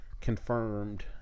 confirmed